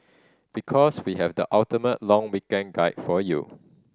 because we have the ultimate long weekend guide for you